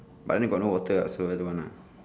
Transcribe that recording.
but then got no water so don't want ah